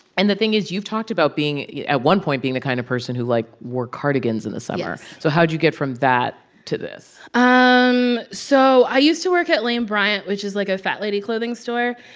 and the thing is, you've talked about being at one point being the kind of person who, like, wore cardigans in the summer yes so how'd you get from that to this? um so i used to work at lane bryant, which is, like, a fat lady clothing store.